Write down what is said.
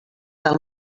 del